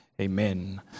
amen